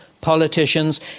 politicians